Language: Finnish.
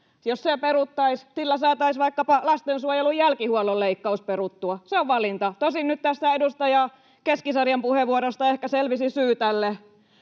jo se peruttaisiin, sillä saataisiin vaikkapa lastensuojelun jälkihuollon leikkaus peruttua. Se on valinta. Tosin nyt tästä edustaja Keskisarjan puheenvuorosta ehkä selvisi syy tälle